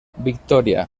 victoria